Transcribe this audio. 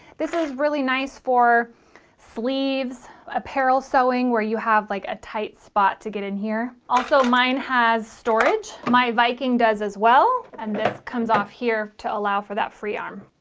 this is really nice for sleeves apparel sewing where you have like a tight spot to get in here. also mine has storage my viking does as well and it comes off here to allow for that free arm.